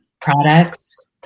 products